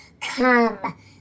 come